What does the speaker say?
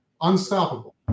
Unstoppable